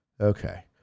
Okay